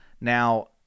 Now